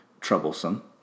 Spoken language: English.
troublesome